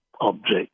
object